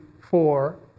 four